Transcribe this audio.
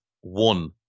One